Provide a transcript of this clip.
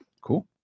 Cool